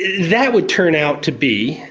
that would turn out to be,